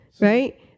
Right